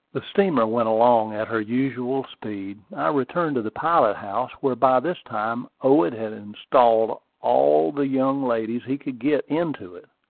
the steamer went along at her usual speed. i returned to the pilot-house, where by this time owen had installed all the young ladies he could get into it.